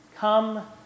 Come